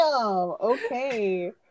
okay